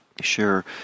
Sure